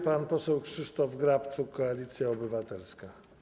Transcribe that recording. Pan poseł Krzysztof Grabczuk, Koalicja Obywatelska.